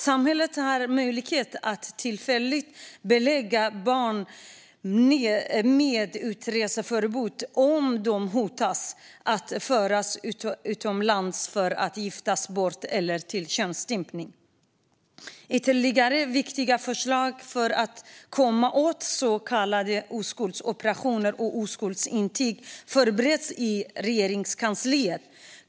Samhället har möjlighet att tillfälligt belägga barn med utreseförbud om de hotas att föras utomlands för att giftas bort eller könsstympas. Ytterligare viktiga förslag för att komma åt så kallade oskuldsoperationer och oskuldsintyg förbereds i Regeringskansliet.